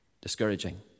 discouraging